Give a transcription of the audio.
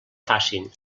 facin